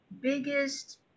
biggest